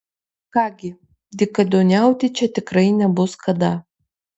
ką gi dykaduoniauti čia tikrai nebus kada